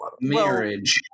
Marriage